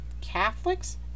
Catholics